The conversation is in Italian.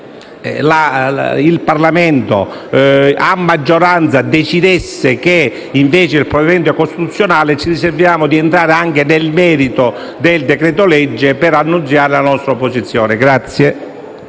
il Parlamento a maggioranza decidesse che invece il provvedimento è costituzionale, ci riserviamo di entrare anche nel merito per annunziare la nostra opposizione.